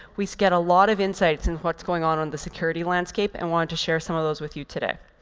we get a lot of insights into and what's going on on the security landscape and wanted to share some of those with you today.